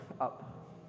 up